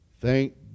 Thank